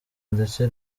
ndetse